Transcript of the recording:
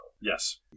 Yes